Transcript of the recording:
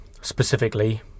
specifically